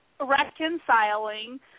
reconciling